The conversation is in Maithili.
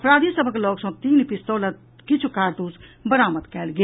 अपराधी सभक लऽग सँ तीन पिस्तौल आ किछु कारतूस बरामद कयल गेल